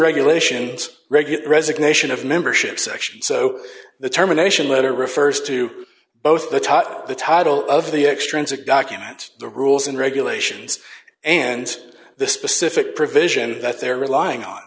regulations regulate resignation of membership section so the terminations letter refers to both the title the title of the extrinsic document the rules and regulations and the specific provision that they're relying on